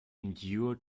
endure